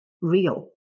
real